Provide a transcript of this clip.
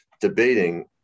debating